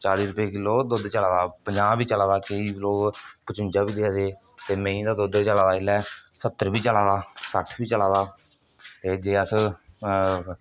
चाली रपेऽ किलो दुद्ध चला दा पंजाह् बी चला दा केईं लोक पचुंजा बी देआ दे ते मेहीं दा दुद्ध चला दा इसलै स्हत्तर बी चला दा सट्ठ बी चला दा ते जे अस